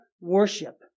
worship